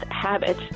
habit